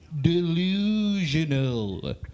delusional